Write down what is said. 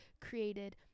created